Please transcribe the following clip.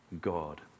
God